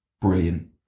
brilliant